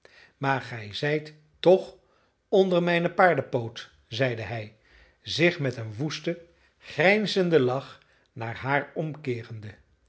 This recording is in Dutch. maar gij zijt toch onder mijnen paardepoot zeide hij zich met een woesten grijnzenden lach naar haar omkeerende